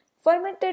Fermented